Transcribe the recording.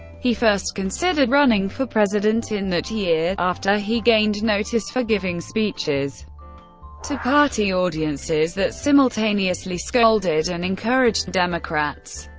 he first considered running for president in that year, after he gained notice for giving speeches to party audiences that simultaneously scolded and encouraged democrats.